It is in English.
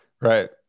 right